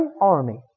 army